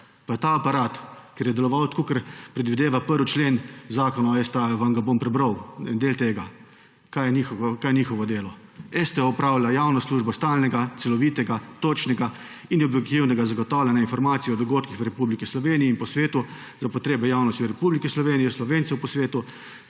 Pa je ta aparat, ker je deloval tako, kakor predvideva 1. člen Zakona o STA, vam ga bom prebral, en del tega, kaj je njihovo dela: »STA opravlja javno službo stalnega, celovitega, točnega in objektivnega zagotavljanja informacij o dogodkih v Republiki Sloveniji in po svetu za potrebe javnosti v Republiki Sloveniji, Slovencev po svetu,